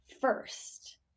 First